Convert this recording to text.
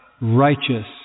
righteous